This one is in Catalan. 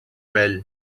vell